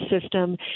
system